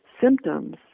symptoms